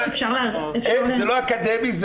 זה לא אקדמי,